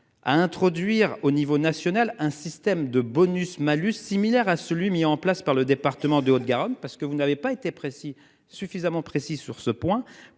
à introduire au niveau national, un système de bonus malus similaire à celui mis en place par le département de Haute-Garonne. Parce que vous n'avez pas été précis suffisamment précis sur ce point